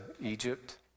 Egypt